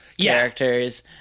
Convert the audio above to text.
characters